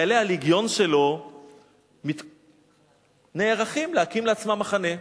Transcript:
חיילי הלגיון שלו נערכים להקים לעצמם מחנה.